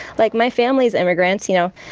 like, my family's immigrants, you know?